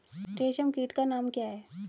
रेशम कीट का नाम क्या है?